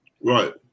Right